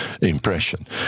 impression